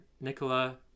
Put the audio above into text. Nicola